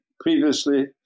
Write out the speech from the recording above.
previously